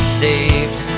saved